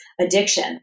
addiction